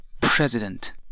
president